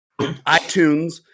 iTunes